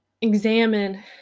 examine